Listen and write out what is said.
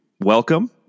welcome